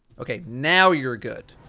ok, now you're good.